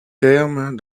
terme